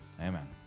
Amen